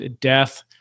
Death